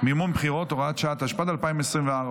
(מימון בחירות) (הוראת שעה), התשפ"ד 2024,